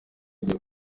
kujya